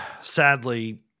sadly –